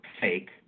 fake